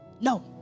No